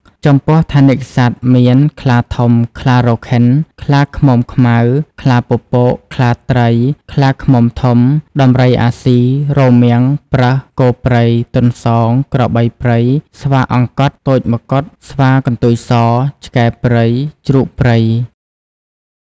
ចំពោះថនិកសត្វមាន ខ្លាធំ ខ្លារខិន ខ្លាឃ្មុំខ្មៅ ខ្លាពពក ខ្លាត្រី ខ្លាឃ្មុំធំ ដំរីអាស៊ី រមាំង ប្រើស គោព្រៃ ទន្សោង ក្របីព្រៃ ស្វាអង្កត់ ទោចម្កុដ ស្វាកន្ទុយស ឆ្កែព្រៃ ជ្រូកព្រៃ ។ល។